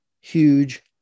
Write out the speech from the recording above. huge